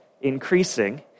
increasing